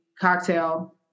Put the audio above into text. cocktail